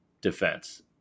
defense